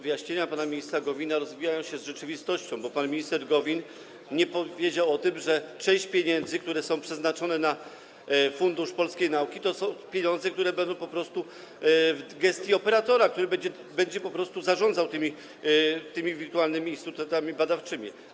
Wyjaśnienia pana ministra Gowina rozmijają się z rzeczywistością, bo pan minister Gowin nie powiedział o tym, że część pieniędzy, które są przeznaczone na Fundusz Polskiej Nauki, to są pieniądze, które będą w gestii operatora, który będzie zarządzał tymi wirtualnymi instytutami badawczymi.